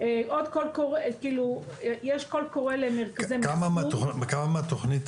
יש קול קורא למרכזי --- כמה מהתכנית